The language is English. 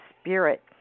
spirit